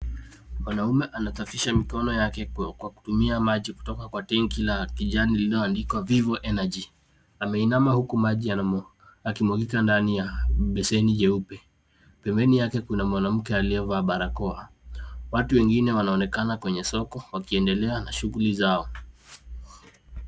Mwanamume anasafisha mikono yake kwa kutumia maji kutoka kwa tangi la kijani lililoandikwa Vivo Energy. Ameinama huku maji yakimwagika ndani ya beseni jeupe. Pembeni yake kuna mwanamke aliyevaa barakoa. Watu wengine wanaonekana kwenye soko wakiendelea na shughuli zao.